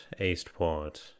Eastport